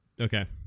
Okay